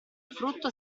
frutto